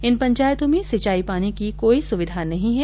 इन पंचायतो में सिंचाई पानी की कोई सुविधा नहीं है